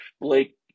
Blake